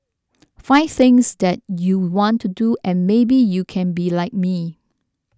find things that you want to do and maybe you can be like me